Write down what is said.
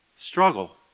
Struggle